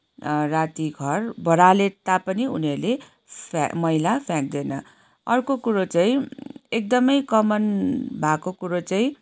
राति घर बढाले तापनि उनीहरूले मैला फ्याँक्दैन अर्को कुरो चाहिँ एकदमै कमन भएको कुरो चाहिँ